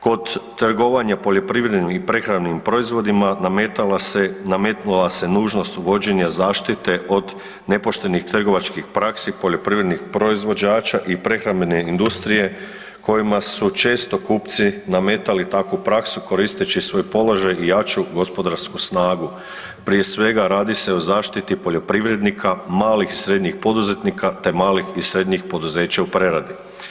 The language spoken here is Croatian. Kod trgovanja poljoprivrednim i prehrambenim proizvodima nametnula se nužnost uvođenja zaštite od nepoštenih trgovačkih praksi poljoprivrednih proizvođača i prehrambene industrije kojima su često kupci nametali takvu praksu koristeći svoj položaj i jaču gospodarsku snagu, prije svega radi se o zaštiti poljoprivrednika, malih i srednjih poduzetnika te malih i srednjih poduzeća u preradi.